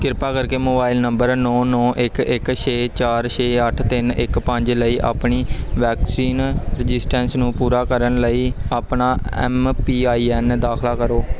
ਕਿਰਪਾ ਕਰਕੇ ਮੋਬਾਈਲ ਨੰਬਰ ਨੌਂ ਨੌਂ ਇੱਕ ਇੱਕ ਛੇ ਚਾਰ ਛੇ ਅੱਠ ਤਿੰਨ ਇੱਕ ਪੰਜ ਲਈ ਆਪਣੀ ਵੈਕਸੀਨ ਰਜਿਸਟੈਂਸ ਨੂੰ ਪੂਰਾ ਕਰਨ ਲਈ ਆਪਣਾ ਐੱਮ ਪੀ ਆਈ ਐੱਨ ਦਾਖਲ ਕਰੋ